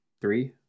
three